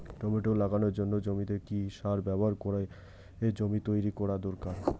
Tomato লাগানোর জন্য জমিতে কি সার ব্যবহার করে জমি তৈরি করা দরকার?